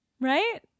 Right